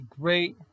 great